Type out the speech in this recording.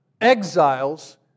Exiles